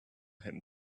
him